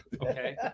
okay